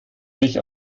mich